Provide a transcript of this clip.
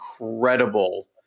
incredible